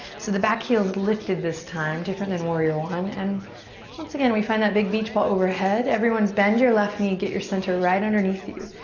so the back heel's lifted this time. different than warrior one. and once again we find that big beach ball overhead. everyone bend your left knee. get your center right underneath you.